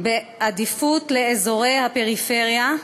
בעדיפות לאזורי הפריפריה,